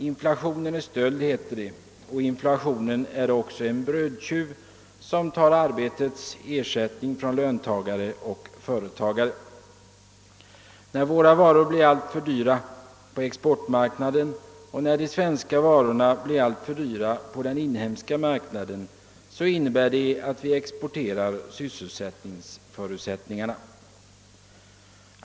Inflation är stöld, heter det, och inflationen är också en brödtjuv som tar arbetets ersättning från löntagare och företagare. När våra varor blir alltför dyra på exportmarknaden och när de svenska varorna blir alltför dyra på den inhemska marknaden, innebär det att vi exporterar sysselsättningsförutsättningarna.